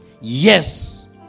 yes